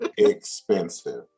expensive